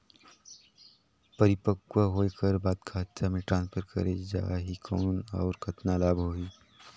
परिपक्व होय कर बाद खाता मे ट्रांसफर करे जा ही कौन और कतना लाभ होही?